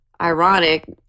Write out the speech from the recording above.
ironic